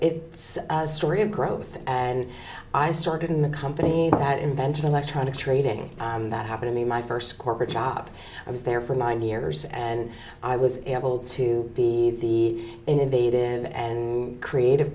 it's a story of growth and i started in the company that invented electronic trading that happened in my first corporate job i was there for nine years and i was able to be the innovative and creat